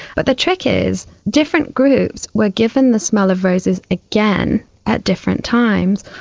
but the trick is, different groups were given the smell of roses again at different times.